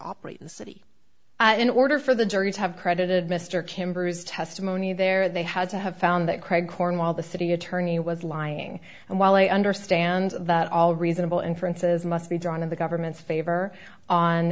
operate in the city in order for the jury to have credited mr cambers testimony there they had to have found that craig cornwall the city attorney was lying and while i understand that all reasonable inferences must be drawn in the government's favor on